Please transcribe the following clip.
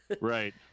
right